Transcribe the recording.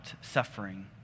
suffering